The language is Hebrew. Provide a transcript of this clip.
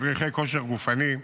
מדריכי כושר גופני,